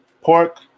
Pork